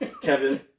Kevin